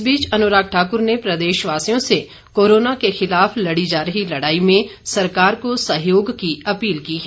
इस बीच अनुराग ठाकुर ने प्रदेश वासियों से कोरोना के खिलाफ लड़ी जा रही लड़ाई में सरकार को सहयोग की अपील की है